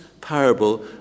parable